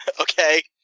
Okay